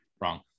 Wrong